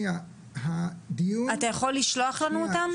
אתה יכול לשלוח לנו אותם?